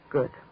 Good